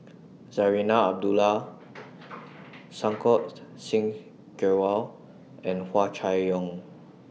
Zarinah Abdullah Santokh Singh Grewal and Hua Chai Yong